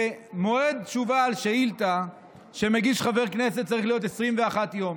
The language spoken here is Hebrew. שמועד תשובה על שאילתה שמגיש חבר כנסת צריך להיות בתוך 21 יום.